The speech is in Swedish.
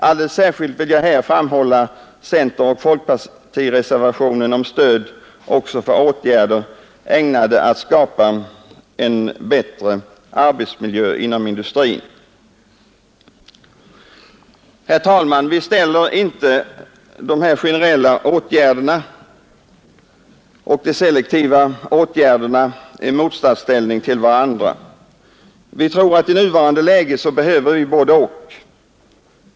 Alldeles särskilt vill jag här framhålla centeroch folkpartireservationen om stöd också för åtgärder ägnade att skapa en bättre arbetsmiljö inom industrin. Herr talman! Vi ställer inte de generella och de selektiva åtgärderna i motsatsställning till varandra. Vi tror att vi i nuvarande läge behöver både—och.